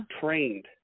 trained